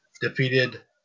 defeated